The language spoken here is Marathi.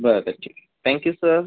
बरं ठीक थॅंक्यू सर